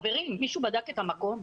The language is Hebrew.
חברים, מישהו בדק את המקום?